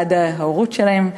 בעד ההורות שלהם,